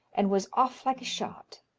and was off like a shot,